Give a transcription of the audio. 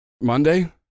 Monday